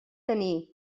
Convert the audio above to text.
tenir